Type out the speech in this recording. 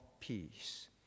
Peace